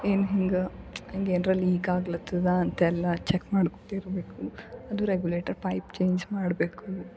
ಏನು ಹಿಂಗೆ ಹಿಂಗೇನರ ಲೀಕ್ ಆಗ್ಲತ್ತದೆ ಅಂತೆಲ್ಲ ಚಕ್ ಮಾಡ್ಕೊತಿರಬೇಕು ಅದು ರೇಗುಲೇಟರ್ ಪೈಪ್ ಚೇಂಜ್ ಮಾಡಬೇಕು